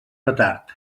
retard